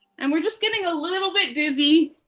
and we're just getting a little bit dizzy,